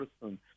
person